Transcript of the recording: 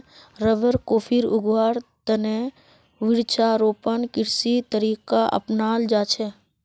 rubber, coffee उगव्वार त न वृक्षारोपण कृषिर तरीका अपनाल जा छेक